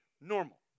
normal